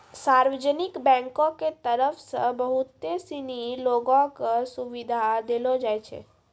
सार्वजनिक बैंको के तरफ से बहुते सिनी लोगो क सुविधा देलो जाय छै